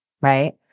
right